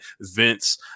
Vince